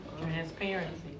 Transparency